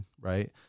right